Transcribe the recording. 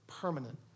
permanent